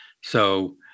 So-